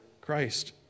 Christ